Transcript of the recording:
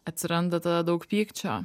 atsiranda tada daug pykčio